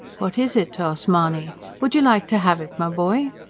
what is it? asked mahony. would you like to have it, my boy?